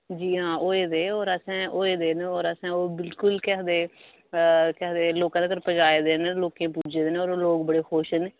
जी आं होए दे और असें होए दे न और बिल्कुल के आखदे लोकें तगर पजाए दे न लोकें गी पुज्जे दे न और लोक बड़े खुश न